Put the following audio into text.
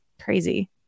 Crazy